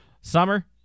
summer